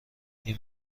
این